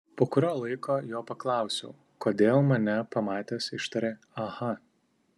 po kurio laiko jo paklausiau kodėl mane pamatęs ištarė aha